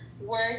work